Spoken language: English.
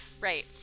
Right